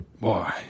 Boy